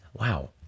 wow